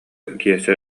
киэсэ